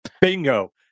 Bingo